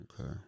Okay